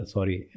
Sorry